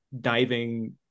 diving